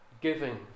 giving